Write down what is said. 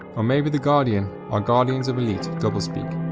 or maybe the guardian are guardians of elite doublespeak.